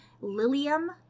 Lilium